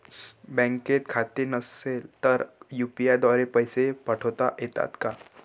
बँकेत खाते नसेल तर यू.पी.आय द्वारे पैसे पाठवता येतात का?